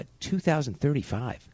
2035